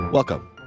Welcome